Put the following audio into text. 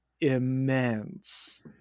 immense